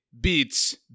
beats